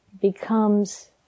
becomes